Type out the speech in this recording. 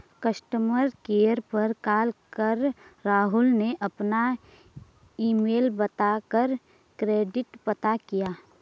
customer care पर call कर राहुल ने अपना ईमेल बता कर क्रेडिट पता किया